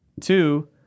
Two